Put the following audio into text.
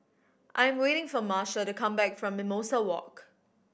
I am waiting for Marcia to come back from Mimosa Walk